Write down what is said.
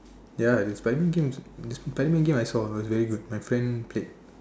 ya the Spiderman game is is the Spiderman game I saw it was very good my friend played